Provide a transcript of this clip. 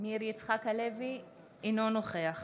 אינו נוכח